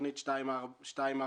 תוכנית 240709,